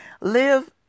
live